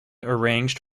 arranged